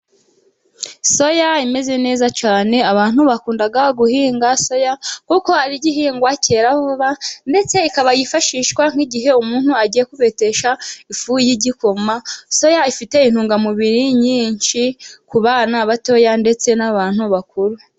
Soya imeze neza cyane, abantu bakunda guhinga soya kuko ari igihingwa cyera vuba, ndetse ikaba yifashishwa nk'igihe umuntu agiye kubitesha ifu y'igikoma, soya ifite intungamubiri nyinshi ku bana batoya ndetse n'abantu bakuru.